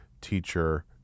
teacher